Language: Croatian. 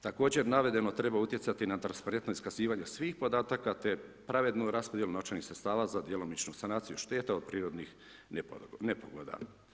Također navedeno treba utjecati na transparentno iskazivanje svih podataka te pravednu raspodjelu novčanih sredstava za djelomičnu sanaciju šteta od prirodnih nepogoda.